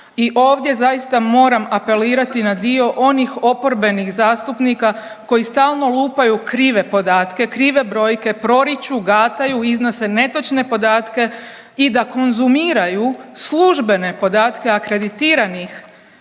I ovdje zaista moram apelirati na dio onih oporbenih zastupnika koji stalno lupaju krive podatke, krive brojke, proriču, gataju, iznose netočne podatke i da konzumiraju službene podatke akreditiranih